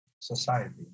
society